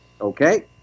okay